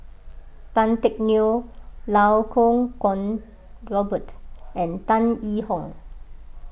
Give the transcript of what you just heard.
Tan Teck Neo Iau Kuo Kwong Robert and Tan Yee Hong